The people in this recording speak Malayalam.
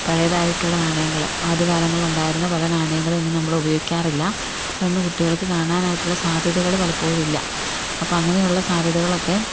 പഴയതായിട്ടുള്ള നാണയങ്ങൾ ആദ്യകാലങ്ങളിൽ ഉണ്ടായിരുന്ന പല നാണയങ്ങളിൽ നിന്ന് നമ്മൾ ഉപയോഗിക്കാറില്ല അത് ഇന്ന് കുട്ടികൾക്ക് കാണാനായിട്ടുള്ള സാധ്യതകൾ പലപ്പോഴും ഇല്ല അപ്പം അങ്ങനെയുള്ള സാധ്യതകളൊക്കെ